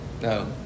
No